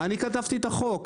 אני כתבתי את החוק.